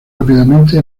rápidamente